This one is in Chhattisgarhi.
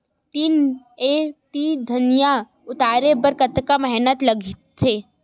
तीन एम.टी धनिया उतारे बर कतका मेहनती लागथे?